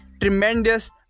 tremendous